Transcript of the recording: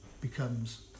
becomes